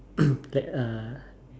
that uh